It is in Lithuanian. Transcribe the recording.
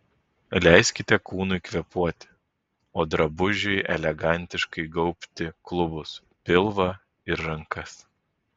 leiskite kūnui kvėpuoti o drabužiui elegantiškai gaubti klubus pilvą ir rankas